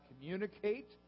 communicate